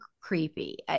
creepy